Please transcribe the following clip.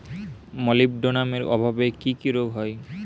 মলিবডোনামের অভাবে কি কি রোগ হয়?